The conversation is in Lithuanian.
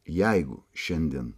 jeigu šiandien